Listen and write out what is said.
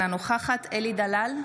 אינה נוכחת אלי דלל,